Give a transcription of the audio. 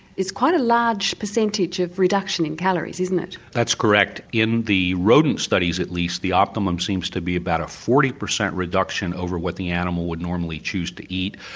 it's quite a large percentage of reduction in calories isn't it? that's correct. in the rodent studies at least the optimum seems to be about a forty percent reduction over what the animal would normally choose to eat.